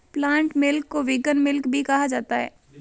plant milk को vegan milk भी कहा जाता है